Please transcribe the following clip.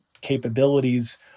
capabilities